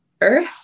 earth